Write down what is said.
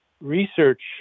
Research